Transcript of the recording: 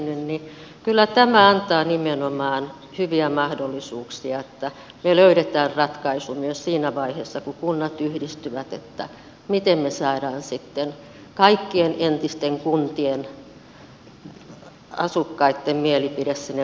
kyllä tämä antaa nimenomaan hyviä mahdollisuuksia että me löydämme ratkaisun myös siinä vaiheessa kun kunnat yhdistyvät siihen miten me saamme sitten kaikkien entisten kuntien asukkaitten mielipide sinne valtuustoon saakka